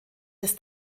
des